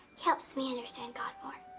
he helps me understand god more.